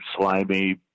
slimy